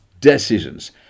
decisions